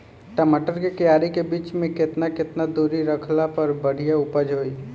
टमाटर के क्यारी के बीच मे केतना केतना दूरी रखला पर बढ़िया उपज होई?